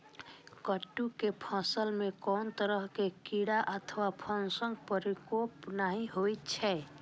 कट्टू के फसल मे कोनो तरह कीड़ा अथवा फंगसक प्रकोप नहि होइ छै